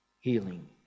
healing